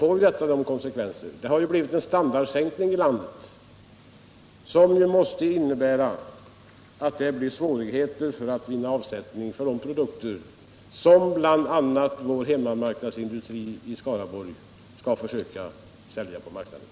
Det har 13 januari 1978 ju blivit en standardsänkning i landet som måste innebära svårigheter att finna avsättning för de produkter som bl.a. vår hemmamarknadsindustri i att trygga sysselsättningen i Skara